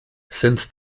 since